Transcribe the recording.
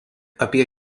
apie